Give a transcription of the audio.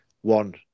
one